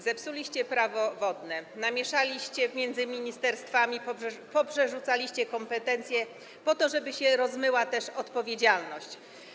Zepsuliście Prawo wodne, namieszaliście między ministerstwami, poprzerzucaliście kompetencje, żeby się rozmyła odpowiedzialność.